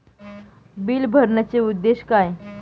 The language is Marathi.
बिल भरण्याचे उद्देश काय?